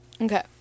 Okay